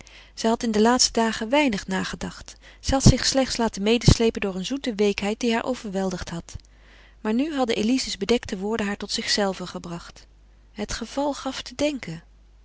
zij had in de laatste dagen weinig nagedacht zij had zich slechts laten medesleepen door eene zoete weekheid die haar overweldigd had maar nu hadden elize's bedekte woorden haar tot zichzelve gebracht het geval gaf te denken